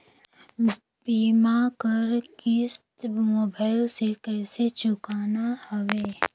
बीमा कर किस्त मोबाइल से कइसे चुकाना हवे